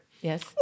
Yes